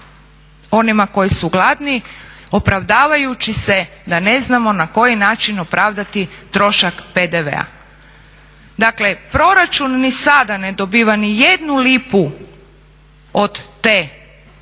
onima koji su gladni opravdavajući se da ne znamo na koji način opravdati trošak PDV-a? Dakle, proračun ni sada ne dobiva nijednu lipu od te